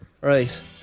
Right